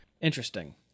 Interesting